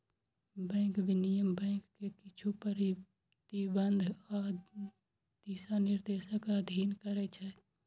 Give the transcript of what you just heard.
bank विनियमन bank कें किछु प्रतिबंध आ दिशानिर्देशक अधीन करै छै